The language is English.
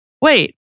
wait